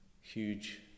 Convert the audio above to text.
huge